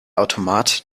automat